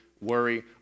worry